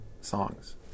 songs